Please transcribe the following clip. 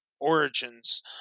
origins